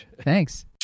thanks